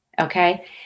Okay